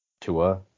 Tua